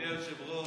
אדוני היושב-ראש,